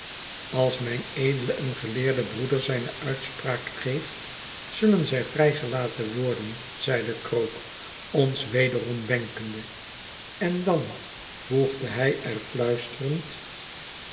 als mijn edele en geleerde broeder zijne uitspraak geeft zullen zij vrijgelaten worden zeide krook ons wederom wenkende en dan voegde hij er fluisterend